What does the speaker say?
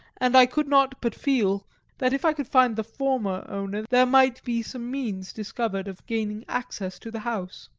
and i could not but feel that if i could find the former owner there might be some means discovered of gaining access to the house.